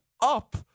up